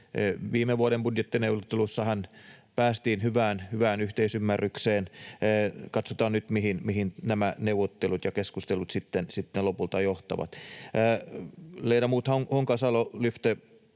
viime vuoden budjettineuvotteluissahan päästiin hyvään yhteisymmärrykseen, katsotaan nyt mihin nämä neuvottelut ja keskustelut sitten lopulta johtavat. Ledamot Honkasalo lyfte